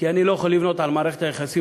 כי אני לא יכול לבנות על מערכת היחסים